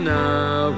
now